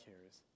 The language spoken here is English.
cares